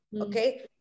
okay